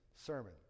sermon